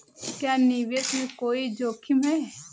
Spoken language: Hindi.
क्या निवेश में कोई जोखिम है?